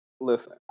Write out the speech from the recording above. Listen